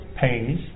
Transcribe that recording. Pays